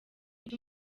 kuki